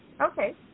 Okay